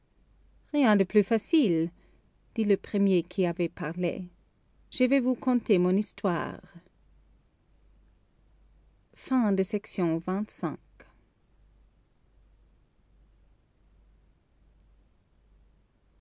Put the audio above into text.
rien de plus facile dit le premier qui avait parlé je vais vous conter mon histoire